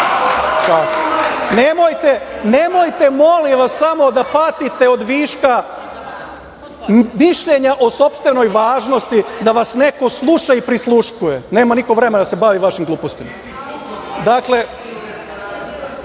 molim vas samo, da patite od viška mišljenja o sopstvenoj važnosti da vas neko sluša i prisluškuje. Nema niko vremena da se bavi vašim glupostima.(Aleksandar